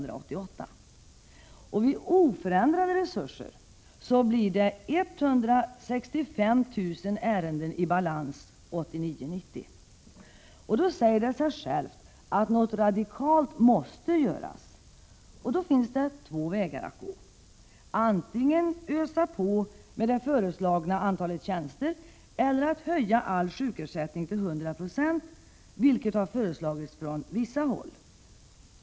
Vid oförändrade resurser blir det 165 000 ärenden i balans 1989/90. Det säger sig självt att något radikalt måste göras. Det finns då två vägar att gå: Antingen öser man på med det föreslagna antalet tjänster eller också höjer man all sjukersättning till 100 26, vilket har föreslagits från vissa håll.